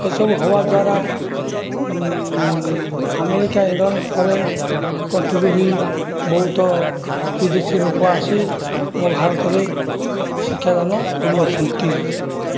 ଏସବୁ ହେବା ଦ୍ଵାରା ଆମେରିକା ଫରେନ୍ କଣ୍ଟ୍ରିରୁ ବି ବହୁତ ବିଦେଶୀ ଲୋକ ଆସି ଆମ ଭାରତରେ ଶିକ୍ଷାଦାନ କରୁଅଛନ୍ତି